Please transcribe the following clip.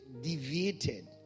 deviated